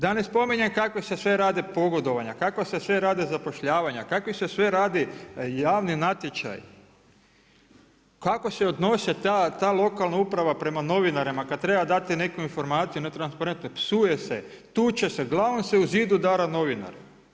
Da ne spominjem kakva se sve rade pogodovanja, kakva se sve rade zapošljavanja, kakvi se sve rade javni natječaji, kako se odnosi ta lokalna uprava prema novinarima kada treba dati neku informaciju … psuje se, tuče se, glavom se u zid udara novinar.